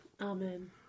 Amen